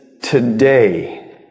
Today